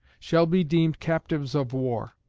shall be deemed captives of war,